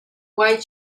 white